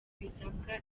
bisabwa